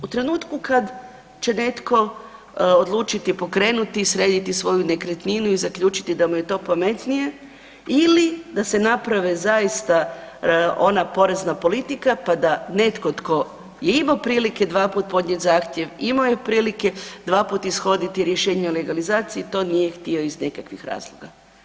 U trenutku kad će netko odlučiti pokrenuti i srediti svoju nekretninu i zaključiti da mu je to pametnije ili da se naprave zaista ona porezna politika, pa da netko tko je imao prilike dvaput podnijet zahtjev, imao je prilike dvaput ishoditi rješenja o legalizaciji, to nije htio iz nekakvih razloga.